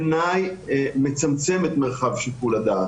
כי בעינינו העניין הציבורי הוא דבר חשוב גם לפסילתה של הראיה.